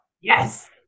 yes